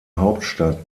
hauptstadt